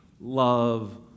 love